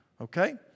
Okay